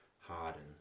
Harden